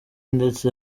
ndetse